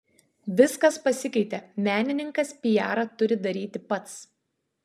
viskas pasikeitė menininkas piarą turi daryti pats